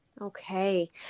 Okay